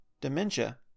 dementia